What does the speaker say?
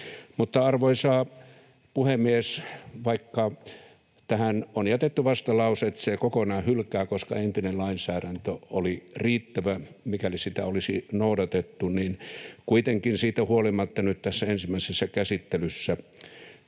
on. Arvoisa puhemies! Vaikka tähän on jätetty vastalause, että tämä kokonaan hylättäisiin, koska entinen lainsäädäntö oli riittävä, mikäli sitä olisi noudatettu, niin kuitenkin siitä huolimatta nyt tässä ensimmäisessä käsittelyssä